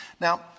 Now